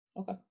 Okay